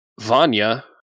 Vanya